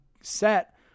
set